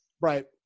Right